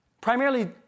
primarily